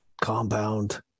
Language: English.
compound